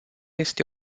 este